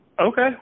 Okay